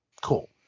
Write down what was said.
Cool